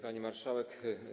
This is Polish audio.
Pani Marszałek!